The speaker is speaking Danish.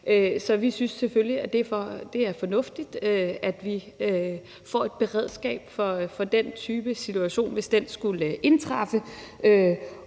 Så vi synes selvfølgelig, det er fornuftigt, at vi får et beredskab for den type situation, hvis den skulle indtræffe.